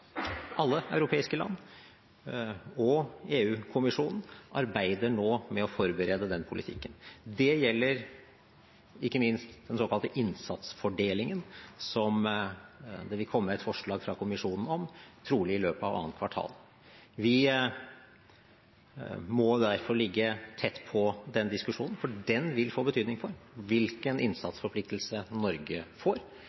alle europeiske land og EU-kommisjonen nå arbeider med å forberede den politikken. Det gjelder ikke minst den såkalte innsatsfordelingen, som det vil komme et forslag fra kommisjonen om, trolig i løpet av 2. kvartal. Vi må derfor ligge tett på den diskusjonen, for den vil få betydning for hvilken